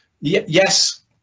yes